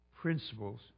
principles